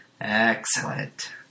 Excellent